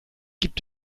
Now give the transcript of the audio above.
gibt